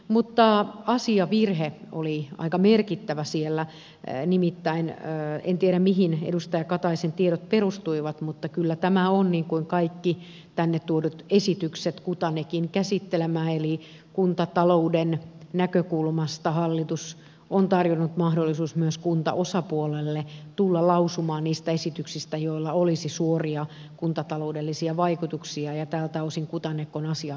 mutta asiavirhe oli aika merkittävä siellä nimittäin en tiedä mihin edustaja kataisen tiedot perustuivat mutta kyllä tämä on niin kuin kaikki tänne tuodut esitykset kuthanekin käsittelemä eli kuntatalouden näkökulmasta hallitus on tarjonnut mahdollisuuden myös kuntaosapuolelle tulla lausumaan niistä esityksistä joilla olisi suoria kuntataloudellisia vaikutuksia ja tältä osin kuthanek on asiaa käsitellyt